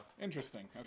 Interesting